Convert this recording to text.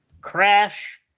Crash